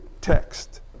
text